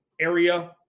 area